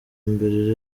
mbere